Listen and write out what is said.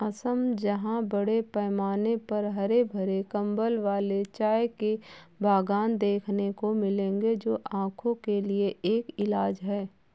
असम जहां बड़े पैमाने पर हरे भरे कंबल वाले चाय के बागान देखने को मिलेंगे जो आंखों के लिए एक इलाज है